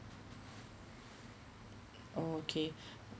oh okay